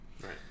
Right